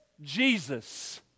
Jesus